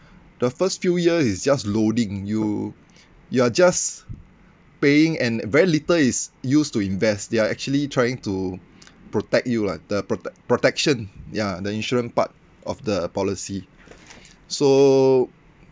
the first few year is just loading you you are just paying and very little is used to invest they're actually trying to protect you lah the prote~ protection ya the insurance part of the policy so